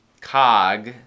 cog